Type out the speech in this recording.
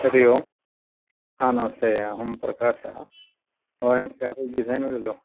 हरि ओम् नमस्ते अहं प्रकाशः भवान् कफल् डिसैनर् खलु